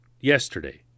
Yesterday